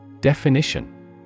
Definition